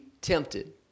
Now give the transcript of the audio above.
tempted